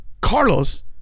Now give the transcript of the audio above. Carlos